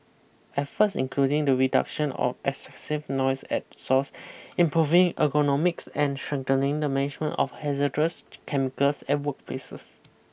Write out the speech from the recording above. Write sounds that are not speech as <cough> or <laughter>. efforts including the reduction of excessive noise at source improving ergonomics and strengthening the management of hazardous <unintelligible> chemicals at workplaces